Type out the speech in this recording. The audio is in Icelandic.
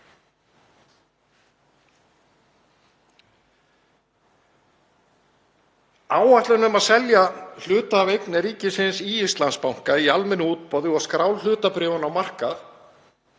Áætlun um að selja hluta af eign ríkisins í Íslandsbanka í almennu útboði og skrá hlutabréfin á markað